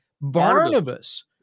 Barnabas